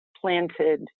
planted